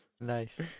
Nice